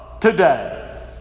today